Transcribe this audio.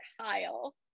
Kyle